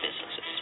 businesses